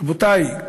רבותי,